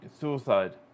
suicide